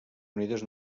unides